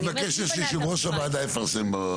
היא מבקשת שיושב ראש הוועדה יפרסם ברשומות.